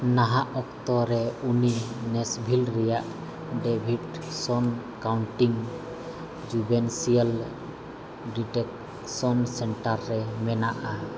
ᱱᱟᱦᱟᱜ ᱚᱠᱛᱚ ᱨᱮ ᱩᱱᱤ ᱱᱮᱥᱵᱷᱤᱞ ᱨᱮᱭᱟᱜ Davidson county juvenile detention centre ᱨᱮ ᱢᱮᱱᱟᱜᱼᱟ